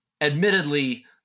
admittedly